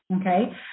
Okay